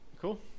Cool